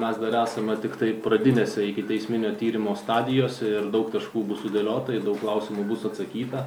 mes dar esame tiktai pradinėse ikiteisminio tyrimo stadijose ir daug taškų bus sudėliota daug klausimų bus atsakyta